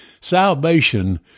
Salvation